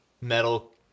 metal